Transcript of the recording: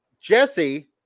Jesse